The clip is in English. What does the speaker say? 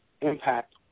impact